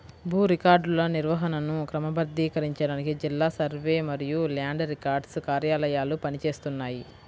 భూ రికార్డుల నిర్వహణను క్రమబద్ధీకరించడానికి జిల్లా సర్వే మరియు ల్యాండ్ రికార్డ్స్ కార్యాలయాలు పని చేస్తున్నాయి